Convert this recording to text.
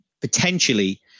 potentially